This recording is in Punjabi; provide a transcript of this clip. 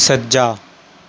ਸੱਜਾ